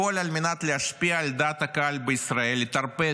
הכול על מנת להשפיע על דעת הקהל בישראל, לטרפד